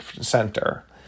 center